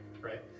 Right